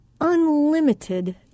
unlimited